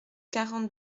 quarante